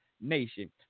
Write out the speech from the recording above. nation